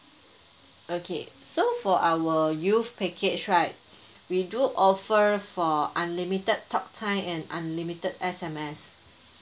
okay so for our youth package right we do offer for unlimited talk time and unlimited S_M_S